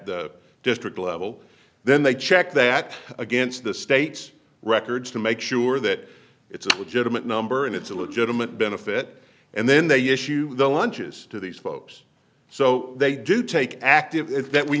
the district level then they check that against the state's records to make sure that it's with judgment number and it's a legitimate benefit and then they issue the lunches to these folks so they do take active if that we